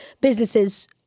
businesses